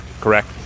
correct